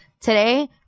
Today